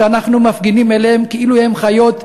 שאנחנו מפגינים כלפיהם כאילו הם חיות,